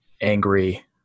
angry